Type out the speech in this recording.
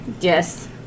Yes